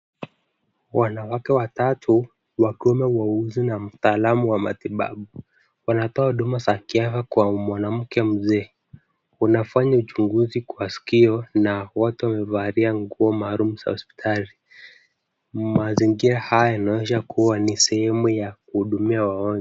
Wanawake watatu wakiwemo wauguza na mtaalamu wa matibabu wanatoa huduma za kiafya kwa mwanamke mzee. Wanafanya uchunguzi kwa sikio na wote wamevalia nguo maalum za hospitali. Mazingira haya yanaonyesha kuwa ni sehemu ya kuhudumia wagonjwa.